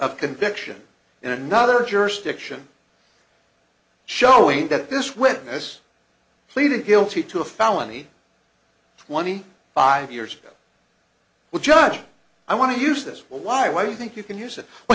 a conviction in another jurisdiction showing that this witness pleaded guilty to a felony twenty five years well judge i want to use this why why do you think you can use it w